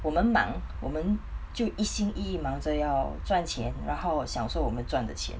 我们忙我们就一心意义忙着要赚钱然后享受我们赚的钱